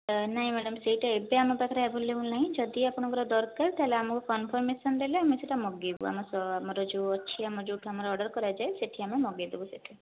ନାଇ ମ୍ୟାଡ଼ାମ ସେହିଟା ଏବେ ଆମ ପାଖରେ ଆଭେଲେବୁଲ ନାହିଁ ଯଦି ଆପଣ ଙ୍କର ଦରକାର ତାହେଲେ ଆମକୁ କନ୍ଫରମେସନ ଦେଲେ ଆମେ ସେହିଟା ମଗାଇବୁ ଆମର ଆମର ଯେଉଁ ଅଛି ଆମର ଯେଉଁଠୁ ଅର୍ଡର କରାଯାଏ ସେହିଠି ଆମେ ମଗାଇଦେବୁ ସେହିଠୁ